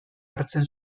hartzen